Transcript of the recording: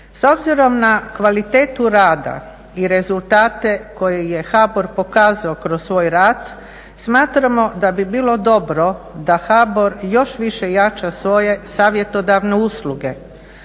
S obzirom na kvalitetu rada i rezultate koje je HBOR pokazao kroz svoj rad, smatramo da bi bilo dobro da HBOR još više jača svoje savjetodavne usluge.